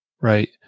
right